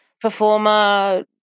performer